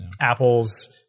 Apple's